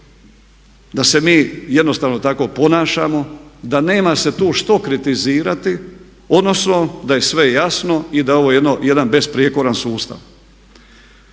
da se mi jednostavno tako ponašamo, da nema se tu što kritizirati odnosno da je sve jasno i da je ovo jedan besprijekoran sustav.